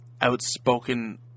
outspoken